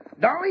Dolly